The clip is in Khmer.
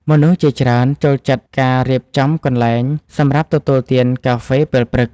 មនុស្សជាច្រើនចូលចិត្តការរៀបចំកន្លែងសម្រាប់ទទួលទានកាហ្វេពេលព្រឹក។